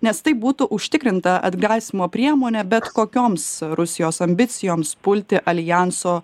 nes taip būtų užtikrinta atgrasymo priemonė bet kokioms rusijos ambicijoms pulti aljanso